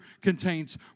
contains